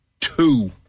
Two